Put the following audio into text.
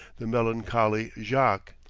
the melancholy jaques.